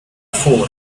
four